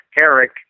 Eric